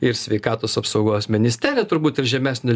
ir sveikatos apsaugos ministerija turbūt ir žemesnio